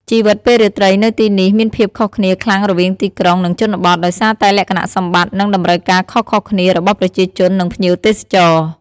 ជីវិតពេលរាត្រីនៅទីនេះមានភាពខុសគ្នាខ្លាំងរវាងទីក្រុង និងជនបទ ដោយសារតែលក្ខណៈសម្បត្តិ និងតម្រូវការខុសៗគ្នារបស់ប្រជាជន និងភ្ញៀវទេសចរ ។